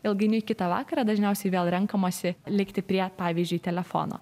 ilgainiui kitą vakarą dažniausiai vėl renkamasi likti prie pavyzdžiui telefono